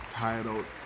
titled